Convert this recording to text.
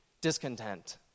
discontent